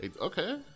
Okay